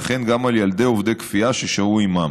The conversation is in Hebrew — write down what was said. וכן גם על ילדי עובדי כפייה ששהו עימם.